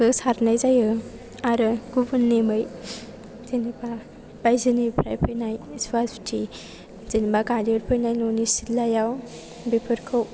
बो सारनाय जायो आरो गुबुन नेमै जेनेबा बायजोनिफ्राय फैनाय सुवा सुथि जेनेबा गादेरफैनाय न'नि सिथलायाव बेफोरखौ